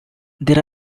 there